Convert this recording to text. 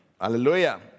Hallelujah